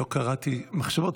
לא קראתי מחשבות,